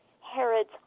Herod's